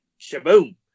Shaboom